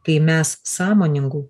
kai mes sąmoningų